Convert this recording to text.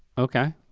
okay.